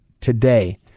today